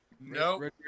no